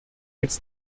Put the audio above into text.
gets